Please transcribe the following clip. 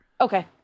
Okay